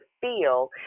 feel